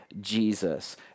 Jesus